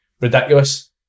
Ridiculous